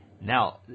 Now